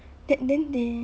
then then then